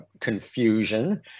confusion